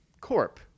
Corp